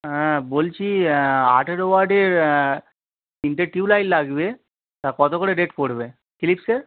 হ্যাঁ বলছি আঠেরো ওয়ার্ডের তিনটে টিউবলাইট লাগবে তা কতো করে রেট পড়বে ফিলিপ্সের